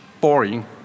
boring